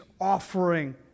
offering